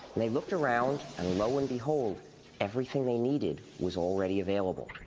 they looked around, and lo and behold everything they needed was already available.